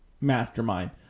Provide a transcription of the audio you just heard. mastermind